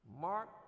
Mark